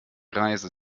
reise